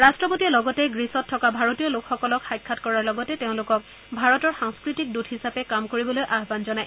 ৰাষ্ট্ৰপতিয়ে লগতে গ্ৰীচত থকা ভাৰতীয় লোকসকলক সাক্ষাৎ কৰাৰ লগতে তেওঁলোকক ভাৰতৰ সাংস্থতিক দূত হিচাপে কাম কৰিবলৈ আহান জনায়